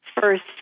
first